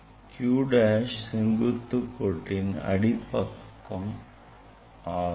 Q dash செங்குத்துக் கோட்டின் அடி பாகம் ஆகும்